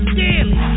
daily